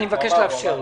אני מבקש לאפשר לו.